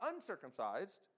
uncircumcised